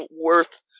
worth